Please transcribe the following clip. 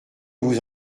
vous